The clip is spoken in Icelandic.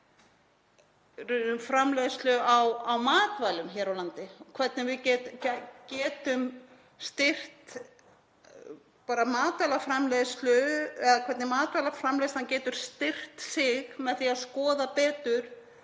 á framleiðslu á matvælum hér á landi, hvernig við getum styrkt matvælaframleiðslu eða hvernig matvælaframleiðslan getur styrkt sig með því að skoða betur